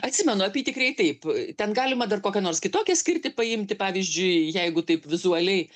atsimenu apytikriai taip ten galima dar kokią nors kitokią skirtį paimti pavyzdžiui jeigu taip vizualiai